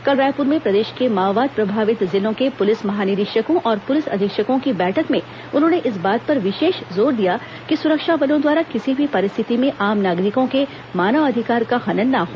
कल रायपुर में प्रदेश के माओवाद प्रभावित जिलों के पुलिस महानिरीक्षकों और पुलिस अधीक्षकों की बैठक में उन्होंने इस बात पर विशेष जोर दिया कि सुरक्षा बलों द्वारा किसी भी परिस्थिति में आम नागरिकों के मानवाधिकार का हनन ना हो